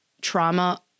trauma